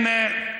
כספים, תן להם.